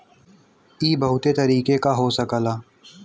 इ बहुते तरीके क हो सकला